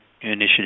initiative